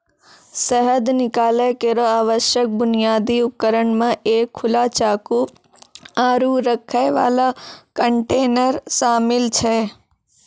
शहद निकालै केरो आवश्यक बुनियादी उपकरण म एक खुला चाकू, आरु रखै वाला कंटेनर शामिल छै